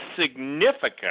significant